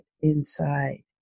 inside